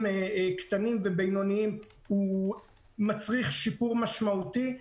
קטנים ובינוניים מצריך שיפור משמעותי,